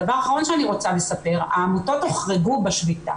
הדבר האחרון שאני רוצה לספר העמותות הוחרגו בשביתה.